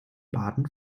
baden